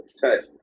touch